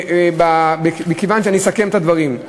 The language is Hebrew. אסכם את הדברים,